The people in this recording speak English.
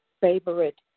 favorite